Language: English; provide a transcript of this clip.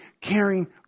caring